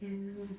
mm